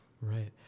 Right